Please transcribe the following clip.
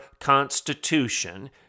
Constitution